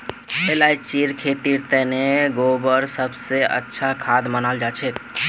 इलायचीर खेतीर तने गोबर सब स अच्छा खाद मनाल जाछेक